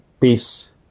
peace